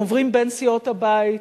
והם עוברים בין סיעות הבית.